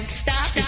stop